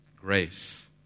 Grace